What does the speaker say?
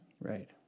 Right